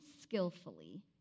skillfully